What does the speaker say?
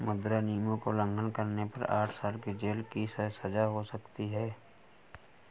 मुद्रा नियमों का उल्लंघन करने पर आठ साल की जेल की सजा हो सकती हैं